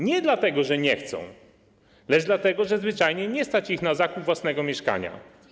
Nie dlatego że nie chcą, lecz dlatego że zwyczajnie nie stać ich na zakup własnego mieszkania.